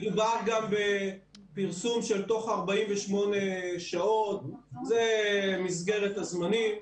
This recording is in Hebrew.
מדובר גם בפרסום של תוך 48 שעות, זו מסגרת הזמנים.